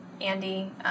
Andy